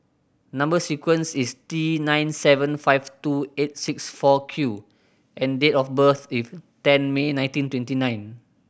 number sequence is T nine seven five two eight six four Q and date of birth is ten May nineteen twenty nine